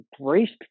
embraced